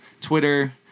Twitter